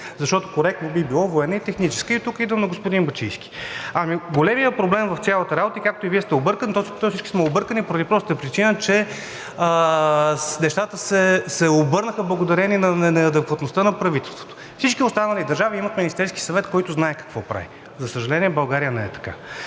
Защото коректно би било военна и техническа. И тук идвам до господин Бачийски. Големият проблем в цялата работа. Както Вие сте объркан, всички сме объркани поради простата причина, че нещата се объркаха благодарение на неадекватността на правителството. Всички останали държави имат Министерски съвет, който знае какво прави. За съжаление, в България не е така.